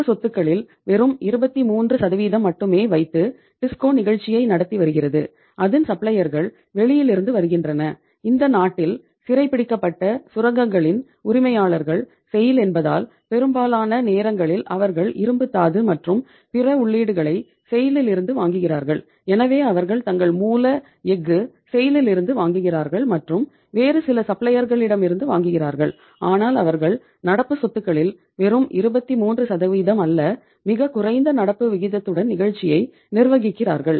நடப்பு சொத்துக்களில் வெறும் 23 மட்டுமே வைத்து டிஸ்கோ வாங்குகிறார்கள் ஆனால் அவர்கள் நடப்பு சொத்துகளில் வெறும் 23 அல்லது மிகக் குறைந்த நடப்பு விகிதத்துடன் நிகழ்ச்சியை நிர்வகிக்கிறார்கள்